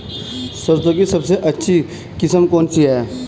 सरसों की सबसे अच्छी किस्म कौन सी है?